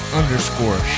underscore